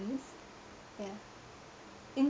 things ya think